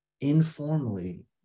informally